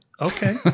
okay